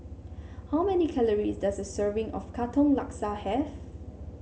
how many calories does a serving of Katong Laksa have